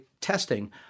testing